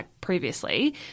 previously